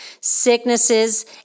sicknesses